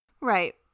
Right